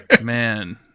Man